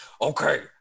Okay